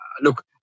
look